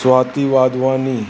Swati Wadhwani